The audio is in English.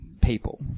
people